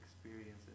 experiences